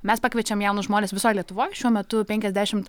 mes pakviečiam jaunus žmones visoj lietuvoj šiuo metu penkiasdešimt